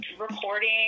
recording